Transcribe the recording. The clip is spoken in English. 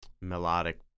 melodic